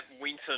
Winton